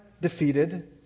defeated